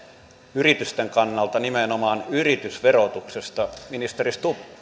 yritysten kannalta nimenomaan yritysverotuksesta ministeri stubb